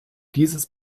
dieses